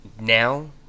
Now